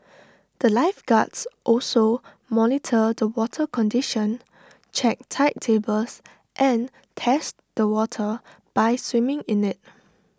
the lifeguards also monitor the water condition check tide tables and test the water by swimming in IT